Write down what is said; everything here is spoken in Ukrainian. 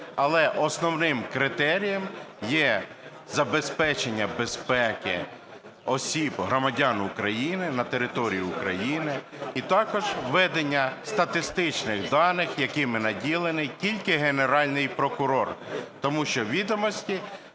але основним критерієм є забезпечення безпеки осіб, громадян України, на території України, і також ведення статистичних даних, якими наділений тільки Генеральний прокурор, тому що відомості